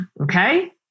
Okay